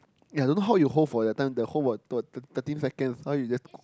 eh I don't know how you hold for that time the hold was what thir~ thirteen second how you just